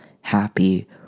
happy